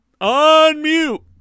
unmute